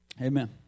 amen